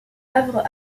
œuvre